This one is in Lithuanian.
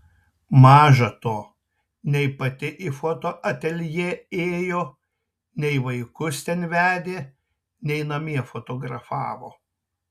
maža to nei pati į fotoateljė ėjo nei vaikus ten vedė nei namie fotografavo